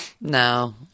No